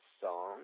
song